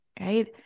right